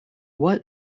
what